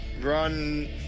run